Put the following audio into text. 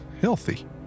healthy